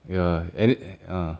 ya and then ah